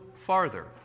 farther